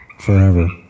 forever